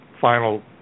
final